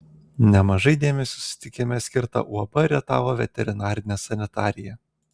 nemažai dėmesio susitikime skirta uab rietavo veterinarinė sanitarija